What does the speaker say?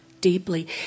deeply